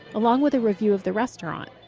along with a review of the restaurant.